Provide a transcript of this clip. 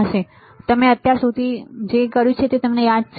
તેથી અમે અત્યાર સુધી જે કંઈ કર્યું છે તે તમને યાદ છે